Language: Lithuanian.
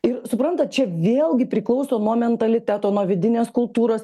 ir suprantat čia vėlgi priklauso nuo mentaliteto nuo vidinės kultūros